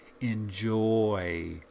Enjoy